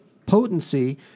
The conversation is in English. potency